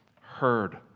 heard